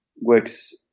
works